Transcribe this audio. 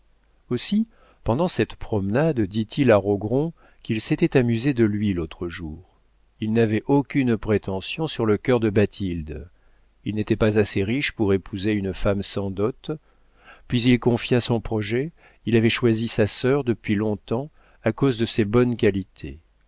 aussi pendant cette promenade dit-il à rogron qu'il s'était amusé de lui l'autre jour il n'avait aucune prétention sur le cœur de bathilde il n'était pas assez riche pour épouser une femme sans dot puis il lui confia son projet il avait choisi sa sœur depuis longtemps à cause de ses bonnes qualités